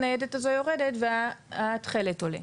הניידת הזו יורדת והתכלת עולה.